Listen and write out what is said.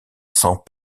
sans